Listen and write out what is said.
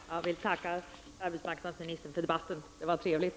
Fru talman! Jag vill tacka arbetsmarknadsministern för debatten. Det var trevligt.